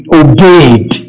obeyed